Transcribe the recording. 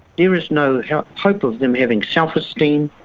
there is no hope of them having self-esteem,